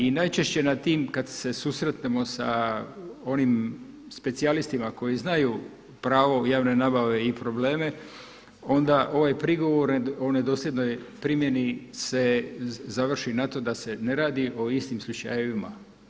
I najčešće na tim kad se susretnemo sa onim specijalistima koji znaju pravo javne nabave i probleme onda ovaj prigovor o nedosljednoj primjeni se završi na to da se ne radi o istim slučajima.